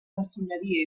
maçoneria